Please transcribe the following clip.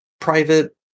private